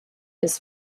his